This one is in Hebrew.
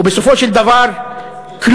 ובסופו של דבר כלום,